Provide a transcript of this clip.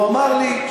הוא אמר לי: